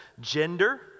Gender